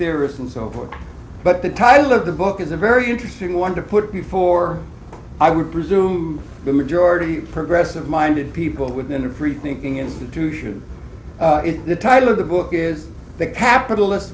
theory and so forth but the title of the book is a very interesting one to put before i would presume the majority of progressive minded people within their free thinking institution the title of the book is the capitalist